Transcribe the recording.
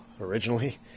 originally